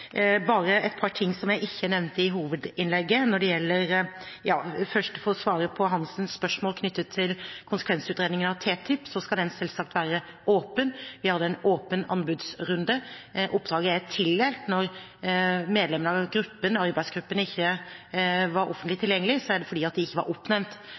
Bare et par ting som jeg ikke nevnte i hovedinnlegget. Men jeg vil først få svare på Hansens spørsmål knyttet til konsekvensutredningen av TTIP – den skal selvsagt være åpen. Vi hadde en åpen anbudsrunde, oppdraget er tildelt. Når medlemmene av arbeidsgruppen ikke var offentlig tilgjengelige, er det fordi de ikke var oppnevnt